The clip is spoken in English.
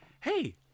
hey